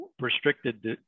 restricted